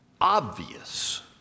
obvious